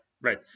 right